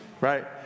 Right